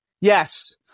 Yes